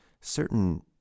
certain